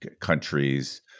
countries